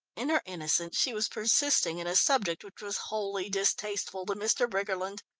in her innocence she was persisting in a subject which was wholly distasteful to mr. briggerland.